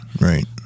Right